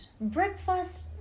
breakfast